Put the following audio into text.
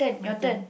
my turn